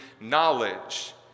knowledge